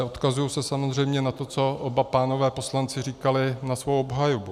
Odkazuji se samozřejmě na to, co oba pánové poslanci říkali na svou obhajobu.